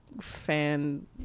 fan